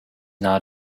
now